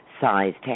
sized